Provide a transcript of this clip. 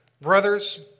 brothers